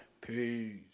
Peace